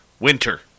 winter